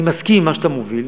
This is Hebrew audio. אני מסכים עם מה שאתה מוביל.